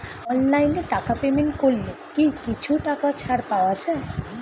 অনলাইনে টাকা পেমেন্ট করলে কি কিছু টাকা ছাড় পাওয়া যায়?